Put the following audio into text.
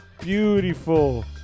Beautiful